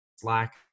Slack